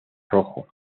rojo